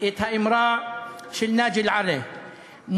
את האמרה של נאג'י אל-עלי,